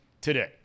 today